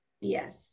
yes